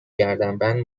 گردنبند